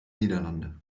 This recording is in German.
niederlande